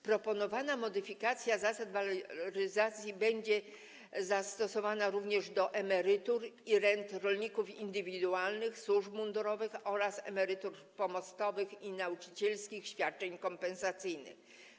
Proponowana modyfikacja zasad waloryzacji będzie zastosowana również do emerytur i rent rolników indywidualnych, służb mundurowych oraz emerytur pomostowych i nauczycielskich świadczeń kompensacyjnych.